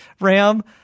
ram